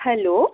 hello